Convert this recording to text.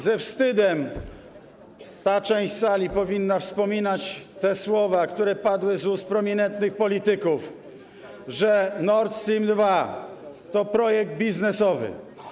Ze wstydem ta część sali powinna wspominać te słowa, które padły z ust prominentnych polityków, że Nord Stream 2 to projekt biznesowy.